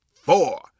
four